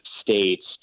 states